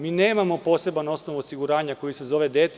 Mi nemamo poseban osnov osiguranja koji se zove dete.